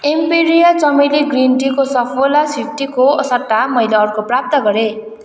Emperia चमेली green टीको सफोला फिफ्टीकोसट्टा मैले अर्को प्राप्त गरेँ